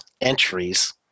entries